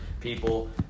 people